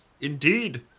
Indeed